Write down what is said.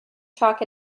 chalk